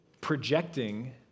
projecting